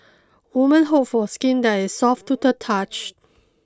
woman hope for skin that is soft to the touch